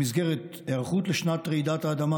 במסגרת היערכות לשנת רעידת האדמה,